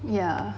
ya